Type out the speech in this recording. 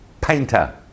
painter